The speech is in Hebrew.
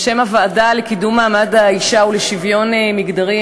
בשם הוועדה לקידום מעמד האישה ולשוויון מגדרי,